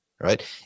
right